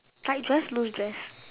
tight dress loose dress